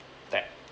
that